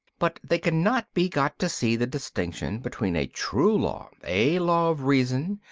but they could not be got to see the distinction between a true law, a law of reason,